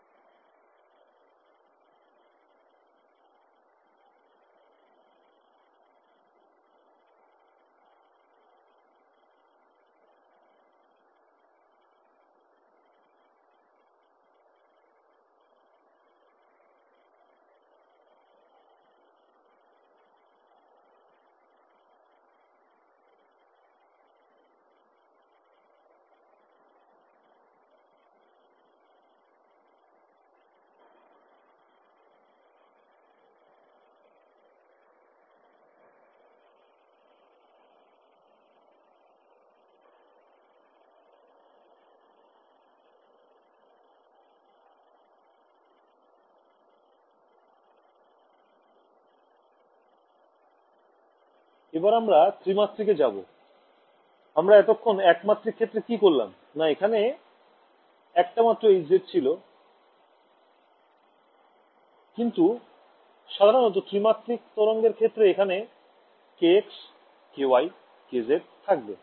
এবার আমরা ত্রিমাত্রিক এ যাবো আমরা এতক্ষণ একমাত্রিক ক্ষেত্রে কি করলাম না এখানে একটা মাত্র hz ছিল কিন্তু সাধারণত ত্রিমাত্রিক তরঙ্গের ক্ষেত্রে এখানে kx ky kz থাকবে